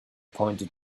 pointed